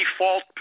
default